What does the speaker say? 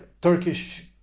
Turkish